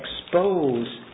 expose